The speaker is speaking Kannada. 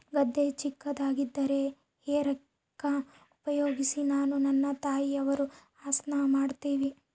ಗದ್ದೆ ಚಿಕ್ಕದಾಗಿದ್ದರೆ ಹೇ ರೇಕ್ ಉಪಯೋಗಿಸಿ ನಾನು ನನ್ನ ತಾಯಿಯವರು ಹಸನ ಮಾಡುತ್ತಿವಿ